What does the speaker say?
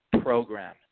program